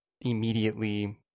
immediately